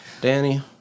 Danny